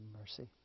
mercy